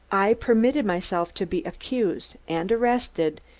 i permitted myself to be accused and arrested,